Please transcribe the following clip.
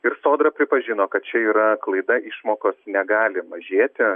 ir sodra pripažino kad čia yra klaida išmokos negali mažėti